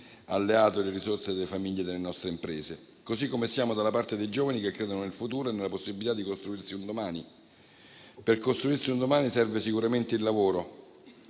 alleato delle risorse delle famiglie e delle nostre imprese. Analogamente, siamo dalla parte dei giovani che credono nel futuro e nella possibilità di costruirsi un domani, e per fare questo serve sicuramente il lavoro.